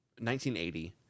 1980